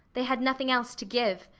they had nothing else to give.